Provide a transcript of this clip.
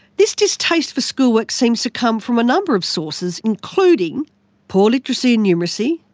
this distaste for schoolwork seems to come from a number of sources, including poor literacy and numeracy,